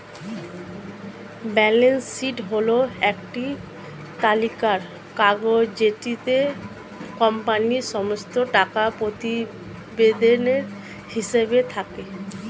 balance sheet হল একটি তালিকার কাগজ যেটিতে কোম্পানির সমস্ত টাকা প্রতিবেদনের হিসেব থাকে